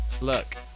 look